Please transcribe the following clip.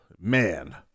Man